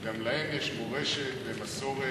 שגם להם יש מורשת ומסורת,